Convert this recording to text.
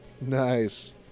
Nice